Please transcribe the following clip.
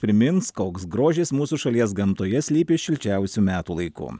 primins koks grožis mūsų šalies gamtoje slypi šilčiausiu metų laiku